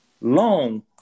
Long